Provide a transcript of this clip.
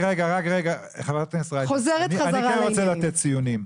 חוזרת חזרה לעניינים.